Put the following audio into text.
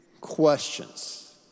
questions